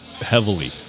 heavily